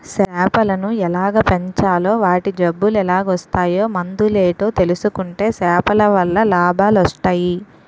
సేపలను ఎలాగ పెంచాలో వాటి జబ్బులెలాగోస్తాయో మందులేటో తెలుసుకుంటే సేపలవల్ల లాభాలొస్టయి